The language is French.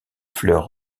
fleurs